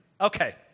Okay